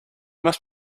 must